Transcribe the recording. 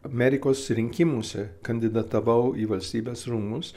amerikos rinkimuose kandidatavau į valstybės rūmus